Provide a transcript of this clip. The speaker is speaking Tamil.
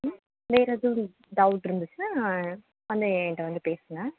ம் வேறு எதுவும் டவுட் இருந்துச்சுன்னால் வந்து என்ட்ட வந்து பேசுங்க